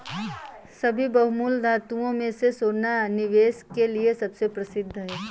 सभी बहुमूल्य धातुओं में से सोना निवेश के लिए सबसे प्रसिद्ध है